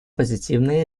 позитивные